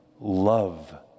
love